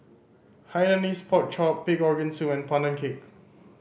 Hainanese Pork Chop pig organ soup and Pandan Cake